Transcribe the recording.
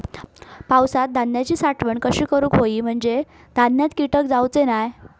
पावसात धान्यांची साठवण कशी करूक होई म्हंजे धान्यात कीटक जाउचे नाय?